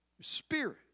spirit